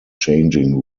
changing